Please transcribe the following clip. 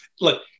Look